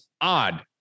Odd